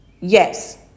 Yes